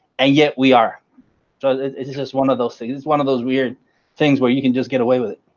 and yet we are so this is is one of those things is one of those weird things where you can just get away with it.